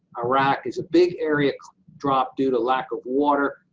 iraq, is a big area drop due to lack of water.